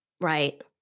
right